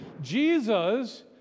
Jesus